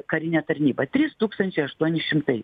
karinę tarnybą trys tūkstančiai aštuoni šimtai